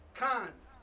cons